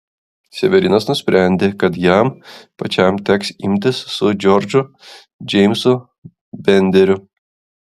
severinas nusprendė kad jam pačiam teks imtis su džordžu džeimsu benderiu